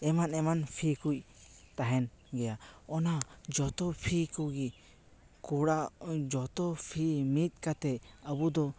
ᱮᱢᱟᱱ ᱮᱢᱟᱱ ᱯᱷᱤ ᱠᱚ ᱛᱟᱦᱮᱱ ᱜᱮᱭᱟ ᱚᱱᱟ ᱡᱚᱛᱚ ᱯᱷᱤ ᱠᱚᱜᱮ ᱠᱚᱲᱟ ᱡᱚᱛᱚ ᱯᱷᱤ ᱢᱤᱫ ᱠᱟᱛᱮᱫ ᱟᱵᱚ ᱫᱚ